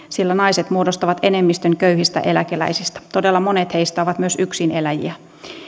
sillä naiset muodostavat enemmistön köyhistä eläkeläisistä todella monet heistä ovat myös yksineläjiä